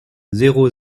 zéro